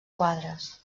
quadres